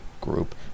group